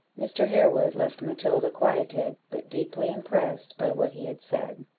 mr. harewood left matilda quieted, but deeply impressed by what he had said.